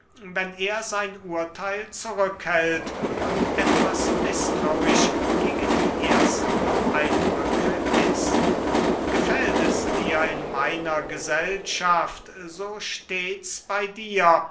wenn er sein urtheil zurückhält und etwas mißtrauisch gegen die ersten eindrücke ist gefällt es dir in meiner gesellschaft so stehts bey dir